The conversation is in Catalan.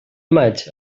maig